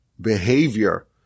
behavior